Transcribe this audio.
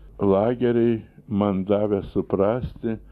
lageriai man davė suprasti